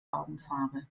augenfarbe